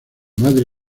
madre